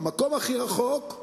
במקום הכי רחוק,